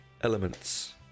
elements